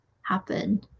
happen